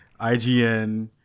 IGN